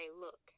look